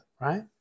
right